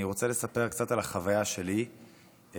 אני רוצה לספר קצת על החוויה שלי בתקופה